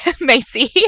macy